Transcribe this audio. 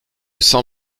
cent